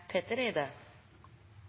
Petter Eide